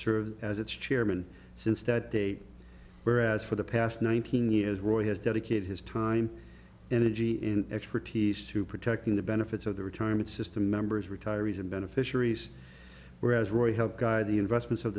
served as its chairman since that day whereas for the past nineteen years roy has dedicated his time energy in expertise to protecting the benefits of the retirement system members retirees and beneficiaries whereas roy helped guide the investments of